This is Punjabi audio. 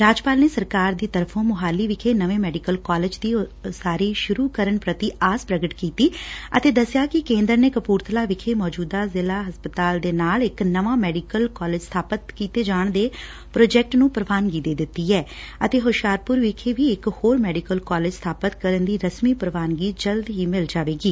ਰਾਜਪਾਲ ਨੇ ਸਰਕਾਰ ਦੀ ਤਰਫੋ ਮੁਹਾਲੀ ਵਿਖੇ ਨਵੇ ਮੈਡੀਕਲ ਕਾਲਜ ਦੀ ਉਸਾਰੀ ਸੂਰੂ ਕਰਨ ਪ੍ਰਤੀ ਆਸ ਪ੍ਰਗਟ ਕੀਤੀ ਅਤੇ ਦਸਿਆ ਕਿ ਕੇਂਦਰ ਨੇ ਕਪੁਰਬਲਾ ਵਿਖੇ ਸੌਜੁਦਾ ਜ਼ਿਲੁਾ ਹਸਪਤਾਲ ਦੇ ਨਾਲ ਇਕ ਨਵਾਂ ਮੈਡੀਕਲ ਕਾਲਜ ਸਬਾਪਤ ਕੀਤੇ ਜਾਣ ਦੇ ਪ੍ਰੋਜੈਕਟ ਨੰ ਪ੍ਰਵਾਨਗੀ ਦੇ ਦਿੱਤੀ ਐ ਅਤੇ ਹੁਸ਼ਿਆਰਪੁਰ ਵਿਖੇ ਵੀ ਇਕ ਹੋਰ ਮੈਡੀਕਲ ਕਾਲਜ ਸਬਾਪਤ ਕਰਨ ਦੀ ਰਸਮੀ ਪੁਵਾਨਗੀ ਜਲਦੀ ਮਿਲ ਜਾਏਗੀ